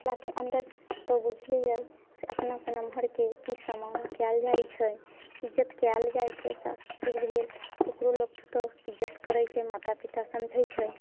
मिथिलाके अन्दर तऽ बुझले अइ जे अपनासँ नमहरके की सम्मान कयल जाइ छै इज्जत कयल जाइ छै सासु ससुर भेल ओकरो लोग पुतोहू इज्जत करै छै माता पिता समझै छै